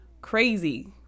crazy